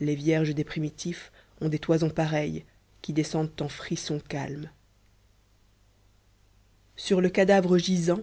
les vierges des primitifs ont des toisons pareilles qui descendent en frissons calmes sur le cadavre gisant